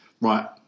Right